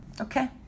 Okay